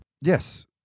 Yes